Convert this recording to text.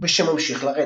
ושממשיך לרדת.